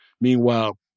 Meanwhile